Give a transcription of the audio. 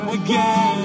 again